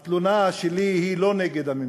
התלונה שלי היא לא נגד הממשלה.